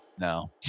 No